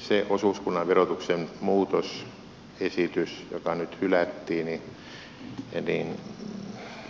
se osuuskunnan verotuksen muutosesitys joka nyt hylättiin